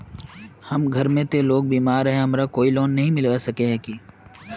हमर घर में ते लोग बीमार है ते हमरा कोई लोन नय मिलबे सके है की?